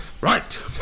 Right